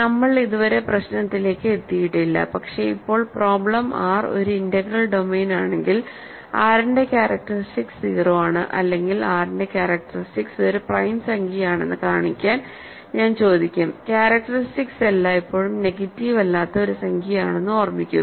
നമ്മൾ ഇതുവരെ പ്രശ്നത്തിലേക്ക് എത്തിയിട്ടില്ല പക്ഷേ ഇപ്പോൾ പ്രോബ്ലം R ഒരു ഇന്റഗ്രൽ ഡൊമെയ്നാണെങ്കിൽ R ന്റെ ക്യാരക്ടറിസ്റ്റിക്സ് 0 ആണ് അല്ലെങ്കിൽ R ന്റെ ക്യാരക്ടറിസ്റ്റിക്സ് ഒരു പ്രൈം സംഖ്യയാണെന്ന് കാണിക്കാൻ ഞാൻ ചോദിക്കും ക്യാരക്ടറിസ്റ്റിക്സ് എല്ലായ്പ്പോഴും നെഗറ്റീവ് അല്ലാത്ത ഒരു സംഖ്യയാണെന്ന് ഓർമ്മിക്കുക